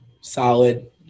solid